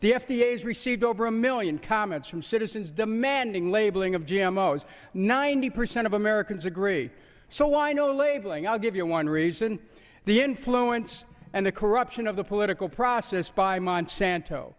has received over a million comments from citizens demanding labeling of g m o as ninety percent of americans agree so why no labeling i give you one reason the influence and the corruption of the political process by monsanto